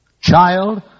child